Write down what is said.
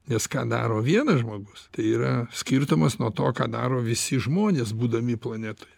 nes ką daro vienas žmogus tai yra skirtumas nuo to ką daro visi žmonės būdami planetoje